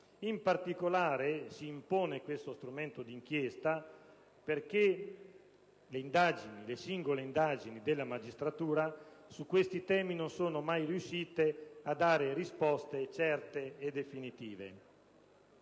In particolare, si impone uno strumento di inchiesta perché le singole indagini della magistratura su tali temi non sono mai riuscite a dare risposte certe e definitive.